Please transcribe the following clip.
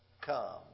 come